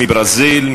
מברזיל,